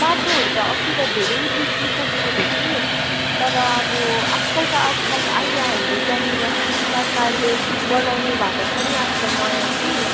बाटोहरू त अस्ति त धेरै बिग्रिसकेको थियो कि तर अब आजकल त आजकल अहिले हाम्रो त्यहाँनिर सरकारले बनाउनु भएको छ नि आजकल नयाँ कि